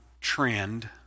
trend